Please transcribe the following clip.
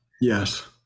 yes